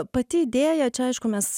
pati idėja čia aišku mes